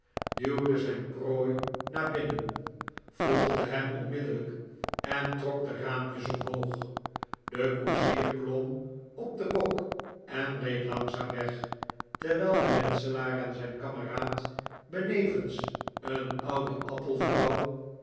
duwde zijn prooi naar binnen volgde hem onmiddellijk en trok de raampjes omhoog de koetsier klom op den bok en reed langzaam weg terwijl de metselaar en zijn kameraad benevens een